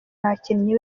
abakinnyi